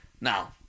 Now